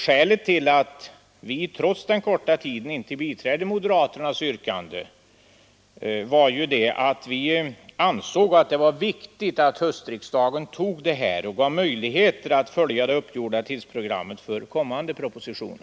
Skälet till att vi, trots den korta tiden, inte biträder moderaternas yrkande är att vi anser att det är viktigt att höstriksdagen antar propositionen och därmed ger möjlighet följa det uppgjorda tidsprogrammet för kommande proposition.